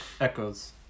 Echoes